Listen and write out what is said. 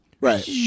Right